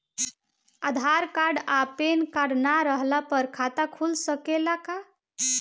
आधार card आ PAN card ना रहला पर खाता खुल सकेला का?